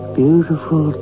beautiful